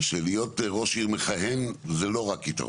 שלהיות ראש עיר מכהן זה לא רק יתרון.